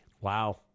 Wow